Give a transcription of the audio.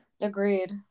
agreed